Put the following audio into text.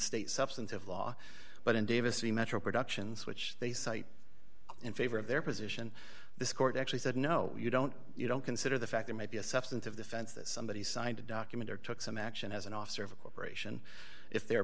state substantive law but in davis the metro productions which they cite in favor of their position this court actually said no you don't you don't consider the fact it might be a substantive defense that somebody signed a document or took some action as an officer of a corporation if they're